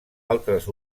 altres